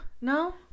no